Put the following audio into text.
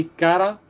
kara